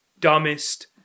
dumbest